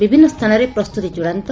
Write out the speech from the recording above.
ବିଭିନ୍ ସ୍ଥାନରେ ପ୍ରସ୍ତୁତି ଚୃଡ଼ାନ୍ତ